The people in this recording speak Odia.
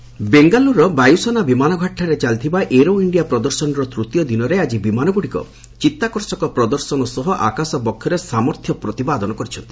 ଇଣ୍ଡିଆ ଶୋ ବେଙ୍ଗାଲ୍ୱରର ବାୟୁସେନା ବିମାନଘାଟୀଠାରେ ଚାଲିଥିବା ଏରୋ ଇଣ୍ଡିଆ ପ୍ରଦର୍ଶନୀର ତୂତୀୟ ଦିନରେ ଆଜି ବିମାନଗୁଡ଼ିକ ଚିତ୍ତାକର୍ଷକ ପ୍ରଦର୍ଶନ କରିବା ସହ ଆକାଶ ବକ୍ଷରେ ସାମର୍ଥ ପ୍ରତିପାଦନ କରିଛନ୍ତି